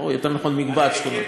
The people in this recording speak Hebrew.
או יותר נכון מקבץ שכונות.